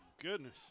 goodness